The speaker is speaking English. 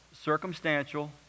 circumstantial